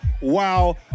wow